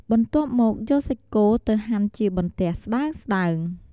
បន្ទាប់មកយកសាច់គោទៅហាន់ជាបន្ទះស្ដើងៗ។